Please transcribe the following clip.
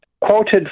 quoted